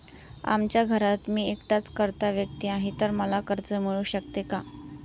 आमच्या घरात मी एकटाच कर्ता व्यक्ती आहे, तर मला कर्ज मिळू शकते का?